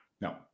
No